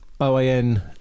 OAN